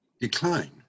decline